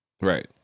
Right